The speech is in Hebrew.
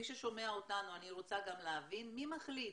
מי ששומע אותנו אני רוצה גם להבין מי מחליט